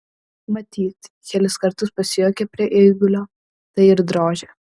matyt kelis kartus pasijuokė prie eigulio tai ir drožė